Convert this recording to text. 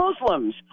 Muslims